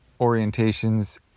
orientations